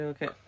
Okay